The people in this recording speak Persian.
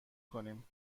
کنیم